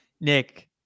Nick